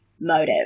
motive